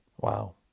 Wow